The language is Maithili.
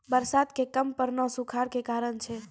बरसात के कम पड़ना सूखाड़ के कारण छै